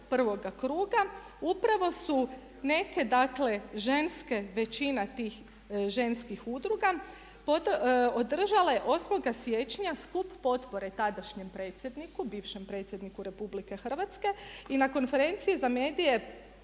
prvoga kruga upravo su neke dakle ženske, većina tih ženskih udruga održale 8. siječnja skup potpore tadašnjem predsjedniku, bivšem predsjedniku RH. I na konferenciji za medije